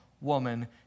woman